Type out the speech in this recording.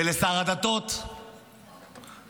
ולשר הדתות ולפוליטיקאים.